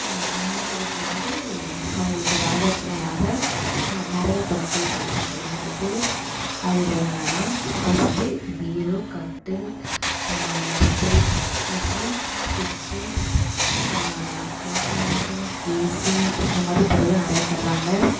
அம்மா வீட்டிலேருந்து அவர்களுக்கு வரதட்சணையாக நிறைய பொருட்கள் கொடுக்கபடுகிறது அதில் என்னென்னா ஃபஸ்ட்டு பீரோ கட்டில் மெத்தை அப்புறம் ஃபிரிஜ்ஜி வாஷிங் மெஷின் ஏசி இந்த மாதிரி பொருளெல்லாம் நிறைய தராங்க